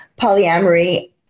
polyamory